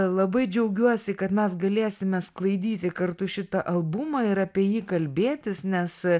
labai džiaugiuosi kad mes galėsime sklaidyti kartu šitą albumą ir apie jį kalbėtis nes